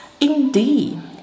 Indeed